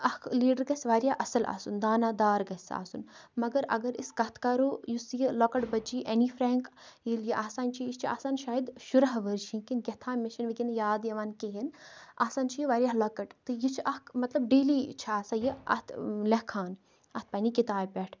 اکھ لیڈَر گَژھِ واریاہ اصِل آسُن دانا دار گَژھِ آسُن مگر اگر أسۍ کَتھ کَرَو یُس یہِ لَکٕٹۍ بٔچی اینی فرینک ییٚلہ یہ آسان چھِ یہ آسان چھِ شاید شُراہ ؤرش کِنہِ کیٛاہ تھام مےٚ چھُ نہِ وِنکیٚن یاد یِوان کہینۍ آسان چھِ یہِ واریاہ لَکٕٹۍ تہ یہِ چھِ اَکھ مطلب ڈیلی چھِ آسان یہِ اَتھ لیٚکھان اَتھ پَننہِ کِتابہِ پٮ۪ٹھ